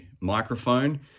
microphone